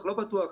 מותר,